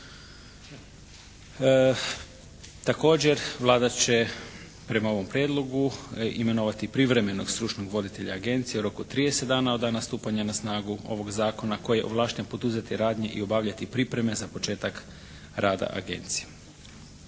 Također, Vlada će prema ovom prijedlogu imenovati privremenog stručnog voditelja agencije u roku od 30 dana od dana stupanja na snagu ovog zakona koji je ovlašten poduzeti radnje i obavljati pripreme za početak rada agencije.